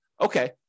okay